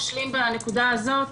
אשלים בנקודה הזאת.